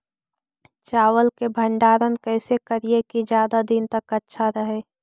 चावल के भंडारण कैसे करिये की ज्यादा दीन तक अच्छा रहै?